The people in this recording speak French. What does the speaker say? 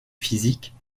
physiques